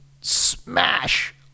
smash